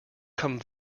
come